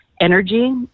energy